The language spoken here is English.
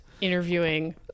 interviewing